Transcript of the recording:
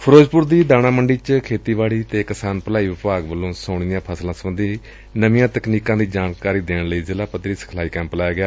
ਫਿਰੋਜ਼ਪੁਰ ਦੀ ਦਾਣਾ ਮੰਡੀ ਚ ਖੇਤੀਬਾਤੀ ਅਤੇ ਕਿਸਾਨ ਭਲਾਈ ਵਿਭਾਗ ਵੱਲੋ ਸਾਉਣੀ ਦੀਆਂ ਫਸਲਾਂ ਸਬੰਧੀ ਨਵੀਆਂ ਤਕਨੀਕੀ ਦੀ ਜਾਣਕਾਰੀ ਦੇਣ ਲਈ ਜ਼ਿਲ੍ਹਾ ਪੱਧਰੀ ਕਿਸਾਨ ਸਿਖਲਾਈ ਕੈਂਪ ਲਗਾਇਆ ਗਿਆ